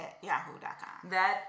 Yahoo.com